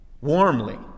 warmly